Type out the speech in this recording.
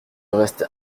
reste